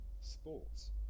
sports